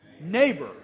neighbor